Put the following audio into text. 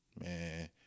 Man